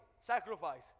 sacrifice